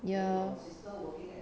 ya lor